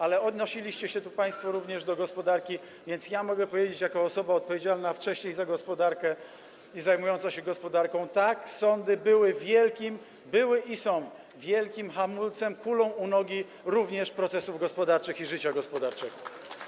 Ale odnosiliście się tu państwo również do gospodarki, więc ja mogę powiedzieć jako osoba odpowiedzialna wcześniej za gospodarkę i zajmująca się gospodarką: tak, sądy były i są wielkim hamulcem, kulą u nogi również procesów gospodarczych i życia gospodarczego.